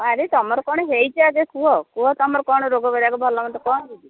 ଆରେ ତୁମର କ'ଣ ହୋଇଛି ଆଗେ କୁହ କୁହ ତୁମର ରୋଗ ବୈରାଗ ଭଲମନ୍ଦ କ'ଣ ହୋଇଛି